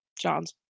john's